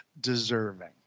deserving